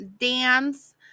dance